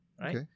Right